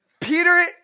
Peter